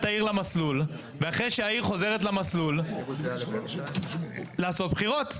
העיר למסלול ואחרי שהעיר חוזרת למסלול לעשות בחירות,